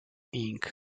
inc